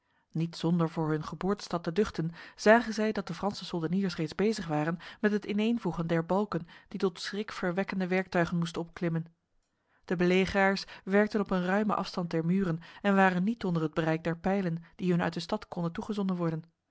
niet zonder voor hun geboortestad te duchten zagen zij dat de franse soldeniers reeds bezig waren met het ineenvoegen der balken die tot schrikverwekkende werktuigen moesten opklimmen de belegeraars werkten op een ruime afstand der muren en waren niet onder het bereik der pijlen die hun uit de stad konden toegezonden worden